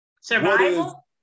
Survival